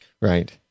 Right